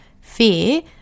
fear